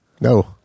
No